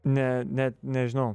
ne net nežinau